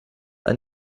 ein